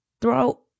throw